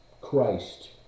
Christ